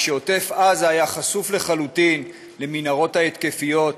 כשעוטף עזה היה חשוף לחלוטין למנהרות ההתקפיות,